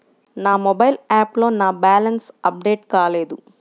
నా మొబైల్ యాప్లో నా బ్యాలెన్స్ అప్డేట్ కాలేదు